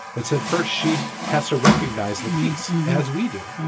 it's at first she has to recognize the piece as we do.